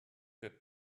that